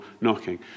knocking